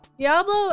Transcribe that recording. Diablo